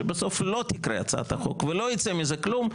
שבסוף לא תקרא הצעת החוק ולא ייצא מזה כלום,